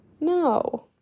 No